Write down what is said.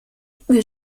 wir